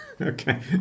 Okay